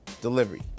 delivery